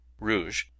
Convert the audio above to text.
rouge